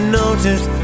notice